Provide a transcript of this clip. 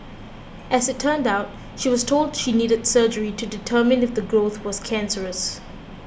as it turned out she was told she needed surgery to determine if the growth was cancerous